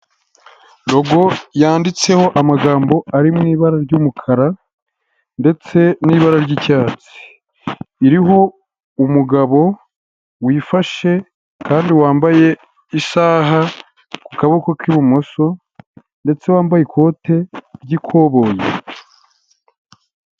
Logo yanditseho amagambo ari mu ibara ry'umukara ndetse n'ibara ry'icyatsi; iriho umugabo wifashe kandi wambaye isaha ku kaboko k'ibumoso ndetse wambaye ikote ry'ikoboyi.